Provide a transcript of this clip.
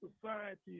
society